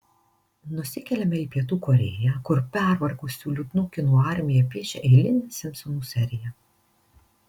nusikeliame į pietų korėją kur pervargusių liūdnų kinų armija piešia eilinę simpsonų seriją